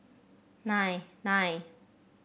nine nine